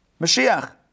Mashiach